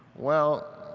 well,